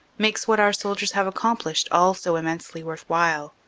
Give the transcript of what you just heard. makes what our soldiers have accomplished all so immensely worth while.